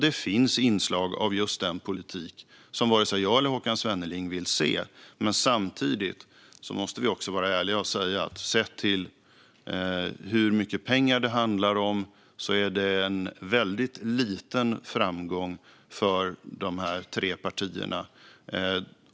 Det finns inslag av just den politik som varken jag eller Håkan Svenneling vill se. Men samtidigt måste vi vara ärliga: Sett till hur mycket pengar det handlar om är det en väldigt liten framgång för de här tre partierna.